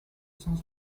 cent